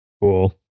cool